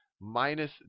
minus